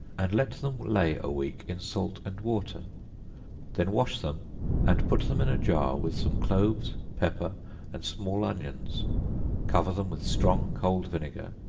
and let them lay a week in salt and water then wash them and put them in a jar with some cloves, pepper and small onions cover them with strong cold vinegar,